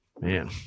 Man